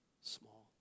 small